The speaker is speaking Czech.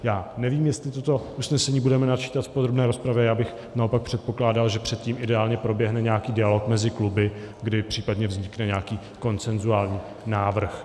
Já nevím, jestli toto usnesení budeme načítat v podrobné rozpravě, já bych naopak předpokládal, že předtím ideálně proběhne nějaký dialog mezi kluby, kdy případně vznikne nějaký konsenzuální návrh.